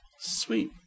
Sweet